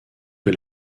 que